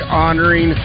honoring